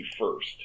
first